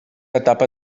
etapa